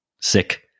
sick